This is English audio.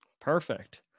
Perfect